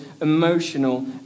emotional